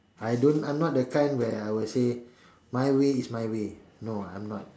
I don't I am not the kind where I will say my way is my way no I am not